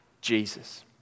Jesus